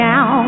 Now